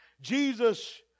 Jesus